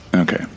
Okay